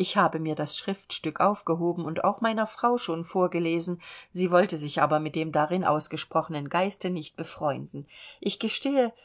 ich habe mir das schriftstück aufgehoben und auch meiner frau schon vorgelesen sie wollte sich aber mit dem darin ausgesprochenen geiste nicht befreunden ich gestehe